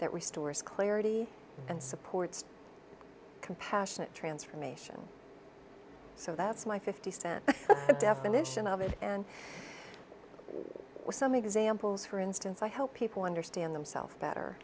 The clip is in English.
that restores clarity and supports compassionate transformation so that's my fifty cent definition of it and some examples for instance i help people understand themselves better